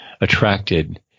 attracted